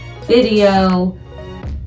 video